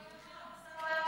מחיר הבשר לא ירד.